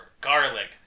garlic